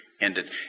ended